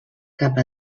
cap